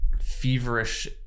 feverish